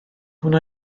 wna